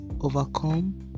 overcome